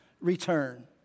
return